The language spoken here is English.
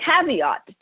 caveat